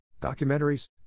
documentaries